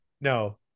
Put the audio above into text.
no